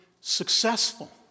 successful